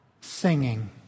singing